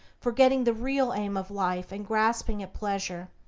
forgetting the real aim of life and grasping at pleasure,